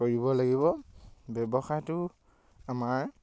কৰিব লাগিব ব্যৱসায়টো আমাৰ